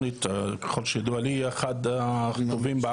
כי אני מייצג ציבור שהכי נפגע מהסגר,